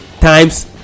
times